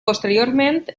posteriorment